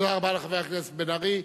תודה רבה לחבר הכנסת בן-ארי.